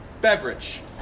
beverage